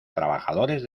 trabajadores